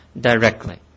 directly